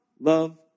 Love